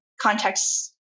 contexts